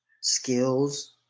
skills